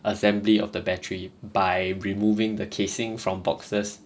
assembly of the battery by removing the casing from boxes